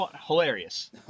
hilarious